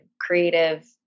creative